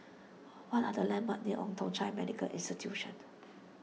what are the landmarks near Old Thong Chai Medical Institution